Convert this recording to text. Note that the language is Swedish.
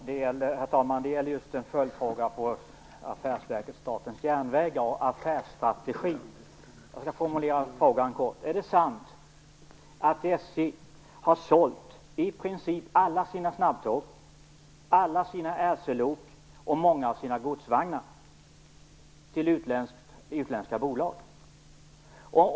Herr talman! Jag har en följdfråga när det gäller affärsverket Statens järnvägar och affärsstrategin. Jag skall formulera frågan kort. Är det sant att SJ har sålt i princip alla sina snabbtåg, alla sina RC-lok och många av sina godsvagnar till utländska bolag?